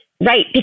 Right